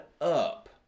up